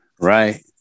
Right